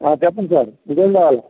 చెప్పండి సార్ మీకు ఏమి కావాలి